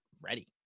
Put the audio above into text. ready